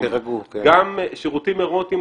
גם שירותים ארוטיים,